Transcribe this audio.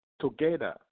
together